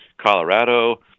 colorado